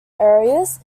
areas